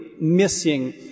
missing